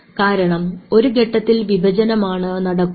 കാരണം ഒരു ഘട്ടത്തിൽ വിഭജനമാണ് നടക്കുന്നത്